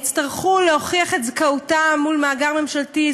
יצטרכו להוכיח את זכאותם מול מאגר ממשלתי.